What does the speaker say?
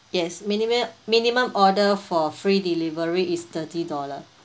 yes minimum minimum order for free delivery is thirty dollar